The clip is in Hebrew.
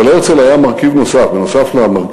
אבל להרצל היה מרכיב נוסף בהשקפתו,